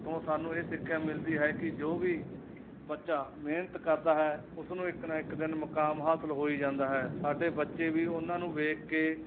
ਤੋਂ ਸਾਨੂੰ ਇਹ ਸਿੱਖਿਆ ਮਿਲਦੀ ਹੈ ਕਿ ਜੋ ਵੀ ਬੱਚਾ ਮਿਹਨਤ ਕਰਦਾ ਹੈ ਉਸ ਨੂੰ ਇੱਕ ਨਾ ਇੱਕ ਦਿਨ ਮੁਕਾਮ ਹਾਸਲ ਹੋ ਹੀ ਜਾਂਦਾ ਹੈ ਸਾਡੇ ਬੱਚੇ ਵੀ ਉਹਨਾਂ ਨੂੰ ਵੇਖ ਕੇ